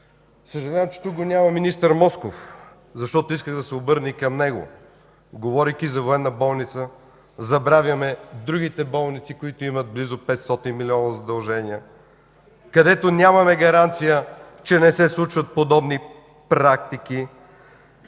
Съжалявам, че тук го няма министър Москов, защото исках да се обърна и към него. Говорейки за Военна болница, забравяме другите болници, които имат близо 500 милиона задължения, където нямаме гаранция, че не се случват подобни практики.